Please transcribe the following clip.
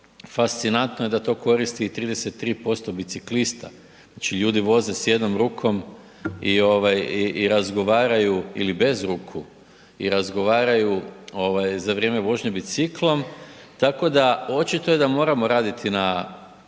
Fascinantno je da to koristi i 33% biciklista. Znači ljudi voze s jednom rukom i razgovaraju ili bez ruku i razgovaraju za vrijeme vožnje biciklom, tako da, očito je da moramo raditi na